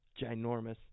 ginormous